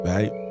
Right